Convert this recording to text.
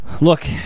look